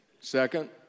Second